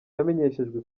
yamenyeshejwe